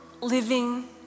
living